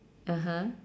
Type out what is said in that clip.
(uh huh)